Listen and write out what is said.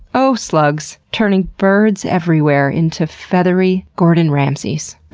oh slugs. turning birds everywhere into feathery gordon ramseys.